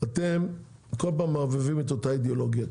אתם כל פעם מערבבים את אותה אידיאולוגיה,